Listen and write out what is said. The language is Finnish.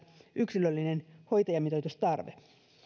yksilöllinen hoitajamitoitustarve